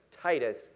Titus